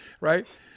right